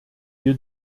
wir